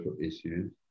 issues